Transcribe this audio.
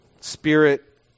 Spirit